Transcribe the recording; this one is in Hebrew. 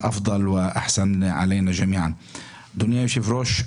אדוני היושב-ראש,